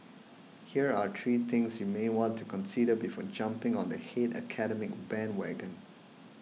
here are three things you may want to consider before jumping on the hate academic bandwagon